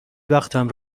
وقتم